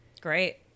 Great